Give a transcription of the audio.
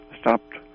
stopped